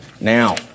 now